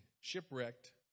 shipwrecked